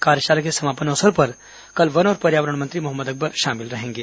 कार्यशाला के समापन अवसर पर कल वन और पर्यावरण मंत्री मोहम्मद अकबर शामिल होंगे